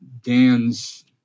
dan's